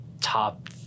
top